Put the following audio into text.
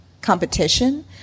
competition